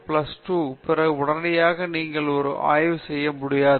plus two க்குப் பிறகு உடனடியாக நீங்கள் ஏன் ஆய்வு செய்ய முடியாது